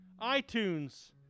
iTunes